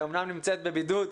שאמנם נמצאת בבידוד,